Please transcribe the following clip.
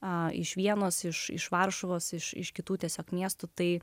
o iš vienos iš iš varšuvos iš kitų tiesiog miestų tai